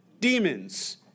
Demons